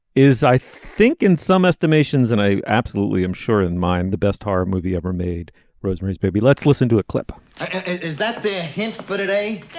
is i think in some estimations and i absolutely am sure in mind the best horror movie ever made rosemary's baby let's listen to a clip is that there are hints but at a yeah